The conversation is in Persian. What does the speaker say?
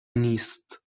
نیست